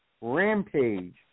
Rampage